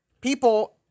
people